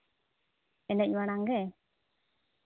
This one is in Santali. ᱮᱱᱮᱡ ᱢᱟᱲᱟᱝ ᱜᱮ